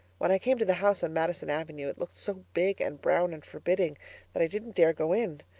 when i came to the house on madison avenue it looked so big and brown and forbidding that i didn't dare go in,